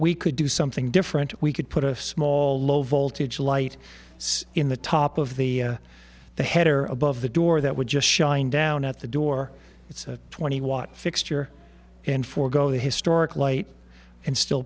we could do something different we could put a small low voltage light in the top of the the header above the door that would just shine down at the door it's a twenty watt fixture and forego the historic light and still